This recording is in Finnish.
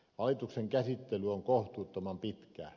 valituksen käsittely on kohtuuttoman pitkä